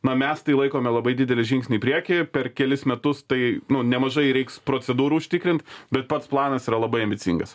na mes tai laikome labai didelį žingsnį į priekį per kelis metus tai nemažai reiks procedūrų užtikrint bet pats planas yra labai ambicingas